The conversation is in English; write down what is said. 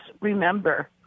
remember